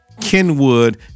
Kenwood